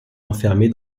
enfermé